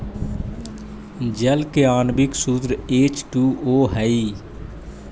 जल के आण्विक सूत्र एच टू ओ हई